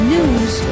News